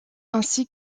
ainsi